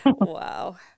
Wow